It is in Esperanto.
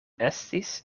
estis